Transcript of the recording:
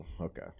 okay